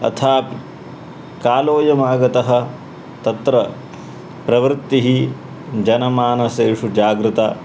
अथापि कालोयमागतः तत्र प्रवृत्तिः जनमानसेषु जागृता